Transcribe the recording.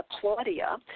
Claudia